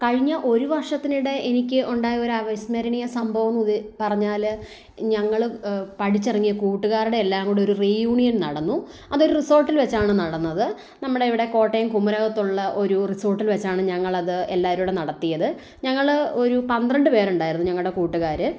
കഴിഞ്ഞ ഒരു വർഷത്തിനിടെ എനിക്ക് ഉണ്ടായ ഒരു അവിസ്മരണീയ സംഭവം പറഞ്ഞാൽ ഞങ്ങളും പഠിച്ചിറങ്ങിയ കൂട്ടുകാരുടെ എല്ലാം കൂടി ഒരു റീയൂണിയൻ നടന്നു അത് ഒരു റിസോർട്ടിൽ വെച്ചാണ് നടന്നത് നമ്മുടെ ഇവിടെ കോട്ടയം കുമരകത്തുള്ള ഒരു റിസോർട്ടിൽ വെച്ചാണ് ഞങ്ങളത് എല്ലാവരും കൂടി നടത്തിയത് ഞങ്ങൾ ഒരു പന്ത്രണ്ട് പേർ ഉണ്ടായിരുന്നു ഞങ്ങളുടെ കൂട്ടുകാർ